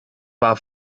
war